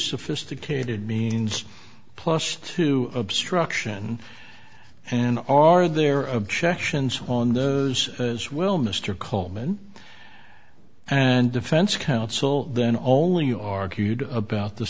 sophisticated means plus two obstruction and are there objections on those as well mr coleman and defense counsel then only you argued about the